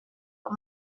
but